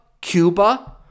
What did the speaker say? Cuba